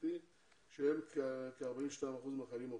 משפחתי שהם כ-42 אחוזים מהחיילים הבודדים.